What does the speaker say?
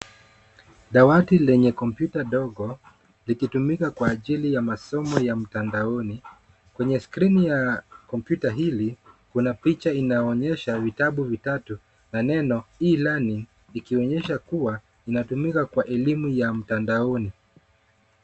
Dawati lenye kompyuta dogo, likitumika kwa ajili ya masomo ya mtandaoni. Kwenye skrini ya kompyuta hili, kuna picha inayoonyesha vitabu vitatu na neno e-learning ikionyesha kuwa inatumika kwa elimu ya mtandaoni.